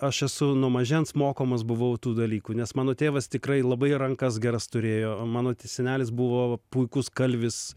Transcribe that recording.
aš esu nuo mažens mokomas buvau tų dalykų nes mano tėvas tikrai labai rankas geras turėjo mano senelis buvo puikus kalvis